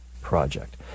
project